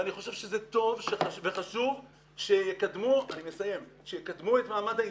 ואני חושב שזה טוב וחשוב שיקדמו את מעמד האישה,